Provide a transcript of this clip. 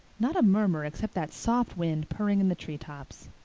not a murmur except that soft wind purring in the treetops!